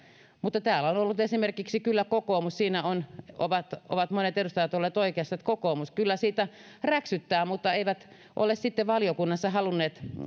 mutta täällä on on ollut esimerkiksi kyllä kokoomus esillä ja siinä ovat monet edustajat olleet oikeassa että kokoomus kyllä siitä räksyttää mutta ei ole sitten valiokunnassa halunnut